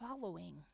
following